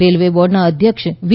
railway બોર્ડના અધ્યક્ષ વી